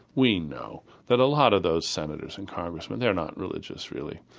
we know that a lot of those senators and congressmen, they are not religious really.